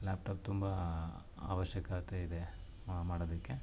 laptop ತುಂಬ ಅವಶ್ಯಕತೆ ಇದೆ ಮಾಡೋದಕ್ಕೆ